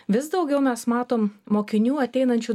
vis daugiau mes matom mokinių ateinančių